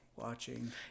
watching